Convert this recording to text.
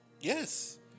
Yes